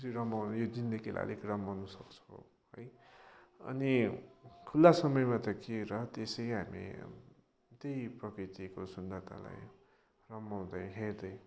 खुसी रमाउँ यो जिन्दगीलाई अलिक रमाउन सक्छौँ है अनि खुल्ला समयमा त के र त्यसै हामी त्यही प्रकृतिको सुन्दरतालाई रमाउँदै हेर्दै